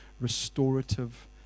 restorative